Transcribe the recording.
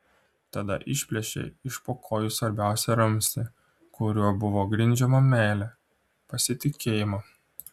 tada išplėšei iš po kojų svarbiausią ramstį kuriuo buvo grindžiama meilė pasitikėjimą